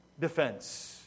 defense